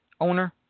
owner